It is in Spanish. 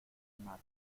mar